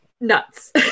Nuts